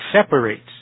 separates